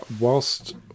whilst